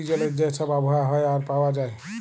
মিষ্টি জলের যে ছব আবহাওয়া হ্যয় আর পাউয়া যায়